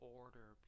order